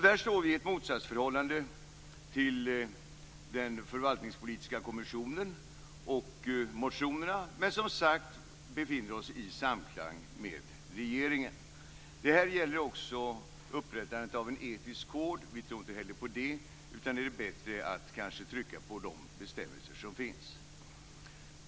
Där står vi i ett motsatsförhållande till den förvaltningspolitiska kommissionen och motionerna, men som sagt befinner vi oss i samklang med regeringen. Det gäller också upprättandet av en etisk kod. Vi tror inte heller på en sådan, utan tycker att det är bättre att trycka på de bestämmelser som finns.